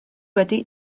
wedi